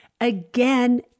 Again